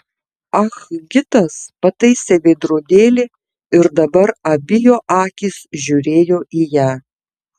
ah gitas pataisė veidrodėlį ir dabar abi jo akys žiūrėjo į ją